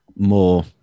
more